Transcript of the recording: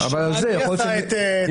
ייתכן שהצעת החוק הזאת מזור לעניין הזה.